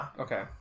Okay